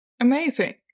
Amazing